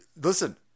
Listen